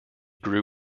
grew